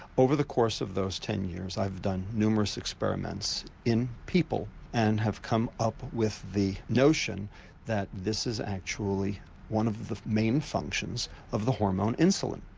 over the course of those ten years i've done numerous experiments in people and have come up with the notion that this is actually one of the main functions of the hormone insulin.